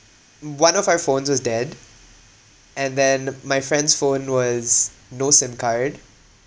one of our phones was dead and then my friend's phone was no SIM card